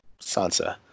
Sansa